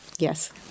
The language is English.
Yes